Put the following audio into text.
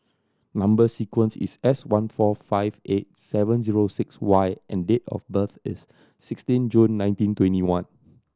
number sequence is S one four five eight seven zero six Y and date of birth is sixteen June nineteen twenty one